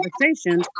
conversation